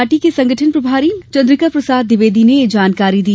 party के संगठन प्रभारी महामंत्री चंद्रिका प्रसाद द्विवेदी ने यह जानकारी दी